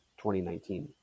2019